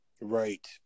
Right